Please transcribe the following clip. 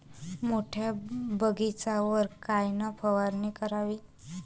मोठ्या बगीचावर कायन फवारनी करावी?